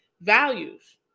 values